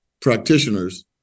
practitioners